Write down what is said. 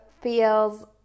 feels